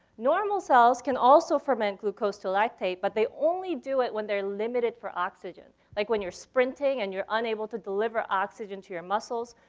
normal cells can also ferment glucose to lactate, but they only do it when they're limited for oxygen. like when you're sprinting and you're unable to deliver oxygen to your muscles,